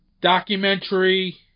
documentary